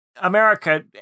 America